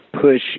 push